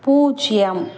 பூஜ்ஜியம்